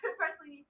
personally